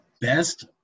best